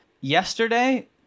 yesterday